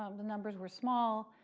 um the numbers were small.